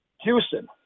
Houston